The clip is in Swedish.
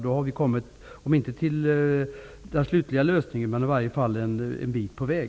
Då har vi kommit, om inte till den slutliga lösningen, så i varje fall en bit på väg.